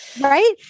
right